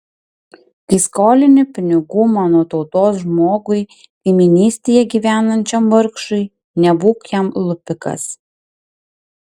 kai skolini pinigų mano tautos žmogui kaimynystėje gyvenančiam vargšui nebūk jam lupikas